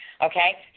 Okay